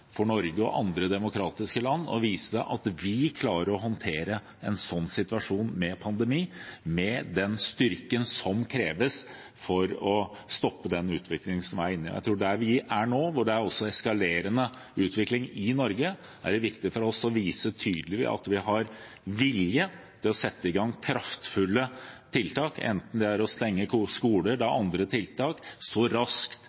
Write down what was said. Norge og i andre demokratiske land for å vise at vi klarer å håndtere en slik situasjon, en pandemi, med den styrken som kreves for å stoppe den utviklingen vi er inne i nå. Der vi er nå, hvor det er en eskalerende utvikling også i Norge, er det viktig for oss å vise tydelig at vi har vilje til å sette i gang kraftfulle tiltak, enten det er å stenge skoler eller andre tiltak, så raskt